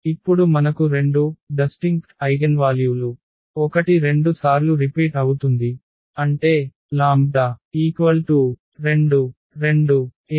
ఇప్పుడు మనకు రెండు విభిన్నమైన ఐగెన్వాల్యూలు ఒకటి 2 సార్లు రిపీట్ అవుతుంది అంటే λ 2 2 8